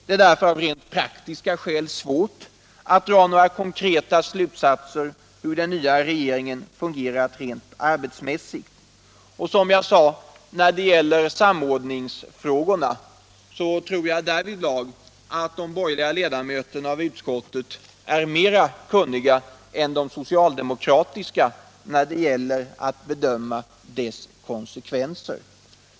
Det är därför av praktiska skäl svårt att dra några konkreta slutsatser om hur den nya regeringen har fungerat rent arbetsmässigt. Som jag sade beträffande samordningsfrågorna tror jag att de borgerliga ledamöterna i utskottet därvidlag är mer kunniga än de socialdemokratiska när det gäller att bedöma konsekvenserna.